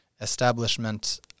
establishment